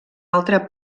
altre